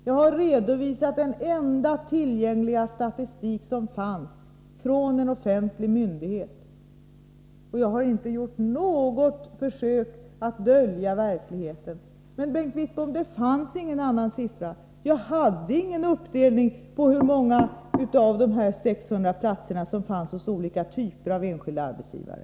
Jag har redovisat den enda tillgängliga statistik som finns från en offentlig myndighet. Jag har inte gjort något försök att dölja verkligheten. Men, Bengt Wittbom, det fanns ingen annan siffra. Jag hade inget material som visade hur många av dessa 600 platser som fanns hos olika typer av enskilda arbetsgivare.